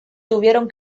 tuvieron